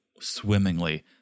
swimmingly